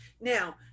Now